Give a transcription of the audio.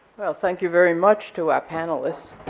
well, thank you very much to our panelists,